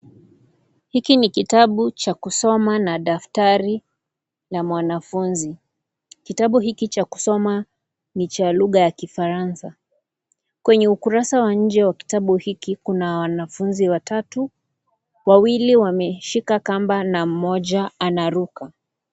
Hiki ni kitabu cha kusoma na daftari la mwanafunzi, kitabu hiki cha kusoma ni cha lugha ya kifaransa kwenye ukurasa wa nje wa kitabu hiki kuna wanafunzi watatu, wawili wameshika kamba na moja anaruka.